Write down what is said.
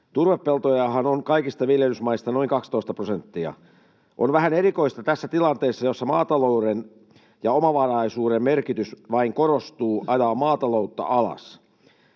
Turvepeltojahan on kaikista viljelysmaista noin 12 prosenttia. On vähän erikoista tässä tilanteessa, jossa maatalouden ja omavaraisuuden merkitys vain korostuu, ajaa maataloutta alas.